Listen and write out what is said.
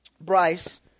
Bryce